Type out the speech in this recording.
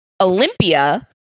Olympia